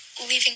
leaving